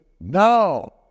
now